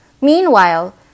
Meanwhile